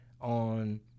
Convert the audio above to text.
on